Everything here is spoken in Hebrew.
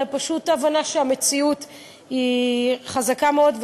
אלא פשוט הבנה שהמציאות היא חזקה מאוד,